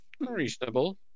reasonable